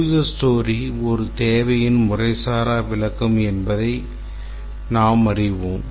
USER STORY ஒரு தேவையின் முறைசாரா விளக்கம் என்பதை நாங்கள் அறிவோம்